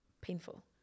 painful